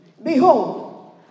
Behold